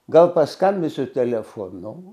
gal paskambinsiu telefonu